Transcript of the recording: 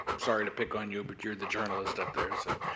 sorry to pick on you, but you're the journalist up there. so,